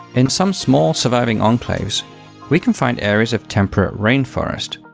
in some small surviving enclaves we can find areas of temperate rainforest,